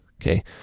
okay